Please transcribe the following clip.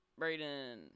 Brayden